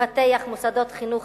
לפתח מוסדות חינוך